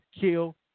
kill